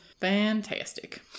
Fantastic